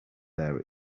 there